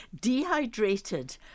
dehydrated